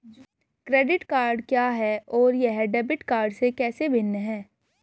Credit card क्या है और यह डेबिट कार्ड से कैसे भिन्न है?